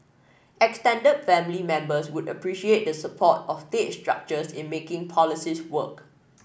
extended family members would appreciate the support of state structures in making policies work